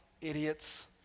idiots